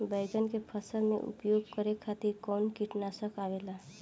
बैंगन के फसल में उपयोग करे खातिर कउन कीटनाशक आवेला?